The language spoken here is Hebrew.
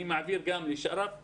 אני מעביר גם לשרף חסאן,